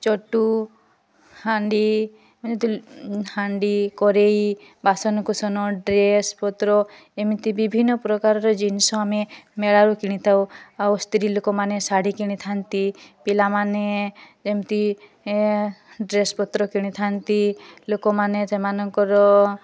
ଚଟୁ ହାଣ୍ଡି ଏମିତି ହାଣ୍ଡି କଢେଇ ବାସନାକୁସନ ଡ୍ରେସ୍ ପତ୍ର ଏମିତି ବିଭିନ୍ନ ପ୍ରକାରର ଜିନିଷ ଆମେ ମେଳାରୁ କିଣିଥାଉ ଆଉ ସ୍ତ୍ରୀ ଲୋକମାନେ ଶାଢ଼ୀ କିଣି ଥାନ୍ତି ପିଲାମାନେ ଯେମତି ଏ ଡ୍ରେସ୍ ପତ୍ର କିଣି ଥାନ୍ତି ଲୋକମାନେ ସେମାନଙ୍କର